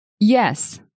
Yes